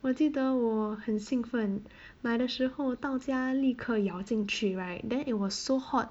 我记得我很兴奋买的时候到家立刻咬进去 right then it was so hot